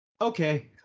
okay